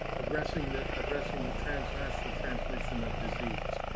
addressing the addressing the transnational transmission of disease.